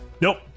nope